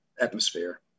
atmosphere